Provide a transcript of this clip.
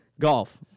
golf